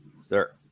sir